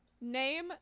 name